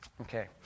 Okay